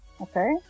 okay